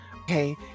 okay